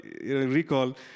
recall